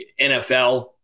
NFL